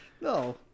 No